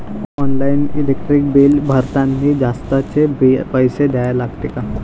Online electric bill भरतानी जास्तचे पैसे द्या लागते का?